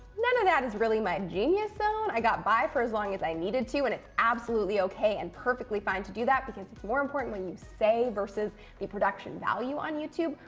none of that is really my genius, though. so and i got by for as long as i needed to, and it's absolutely okay and perfectly fine to do that, because it's more important what you say versus the production value on youtube.